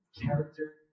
character